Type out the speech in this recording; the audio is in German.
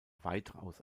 weitaus